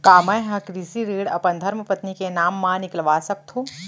का मैं ह कृषि ऋण अपन धर्मपत्नी के नाम मा निकलवा सकथो?